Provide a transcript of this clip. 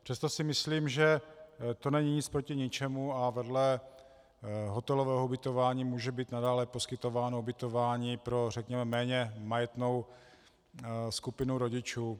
Přesto si myslím, že to není nic proti ničemu a vedle hotelového ubytování může být nadále poskytováno ubytování i pro řekněme méně majetnou skupinu rodičů.